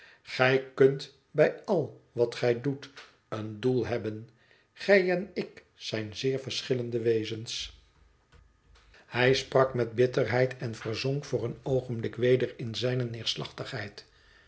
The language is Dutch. gij kunt bij al wat gij doet een doel hebben gij en ik zijn zeer verschillende wezens hij sprak met bitterheid en verzonk voor een oogenblik weder in zijne neerslachtigheid